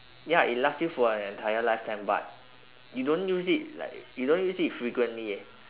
ya it lasts you for an entire lifetime but you don't use it like you don't use it frequently eh